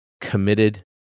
committed